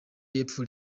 y’epfo